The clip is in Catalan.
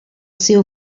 seu